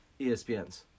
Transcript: ESPN's